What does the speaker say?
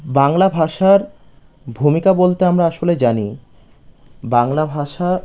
বাংলা ভাষার ভূমিকা বলতে আমরা আসলে জানি বাংলা ভাষা